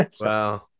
Wow